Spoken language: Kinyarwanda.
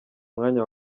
mwanya